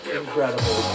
incredible